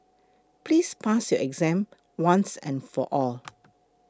please pass your exam once and for all